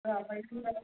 ఆ పైనుంది అదండి